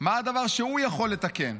מה הדבר שהוא יכול לתקן,